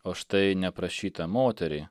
o štai neprašytą moterį